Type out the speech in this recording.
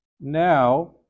now